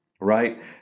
right